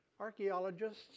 Archaeologists